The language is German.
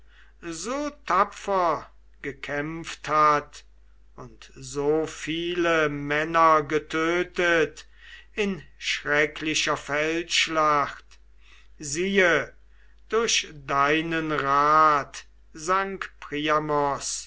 so tapfer gekämpft hat und so viele männer getötet in schrecklicher feldschlacht siehe durch deinen rat sank